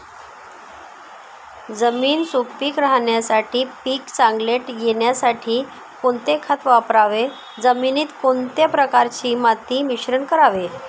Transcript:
जमीन सुपिक राहण्यासाठी व पीक चांगले येण्यासाठी कोणते खत वापरावे? जमिनीत कोणत्या प्रकारचे माती मिश्रण करावे?